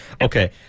Okay